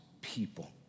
people